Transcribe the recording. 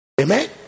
Amen